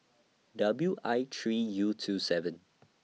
W I three U two seven